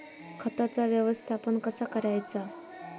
खताचा व्यवस्थापन कसा करायचा?